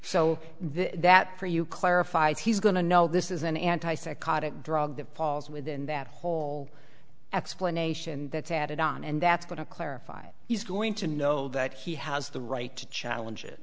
then that for you clarifies he's going to know this is an anti psychotic drug that falls within that whole explanation that's added on and that's going to clarify he's going to know that he has the right to challenge it